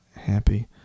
Happy